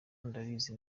ndabizi